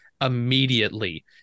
immediately